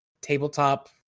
tabletop